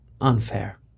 unfair